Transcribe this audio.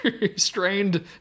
restrained